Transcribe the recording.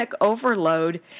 overload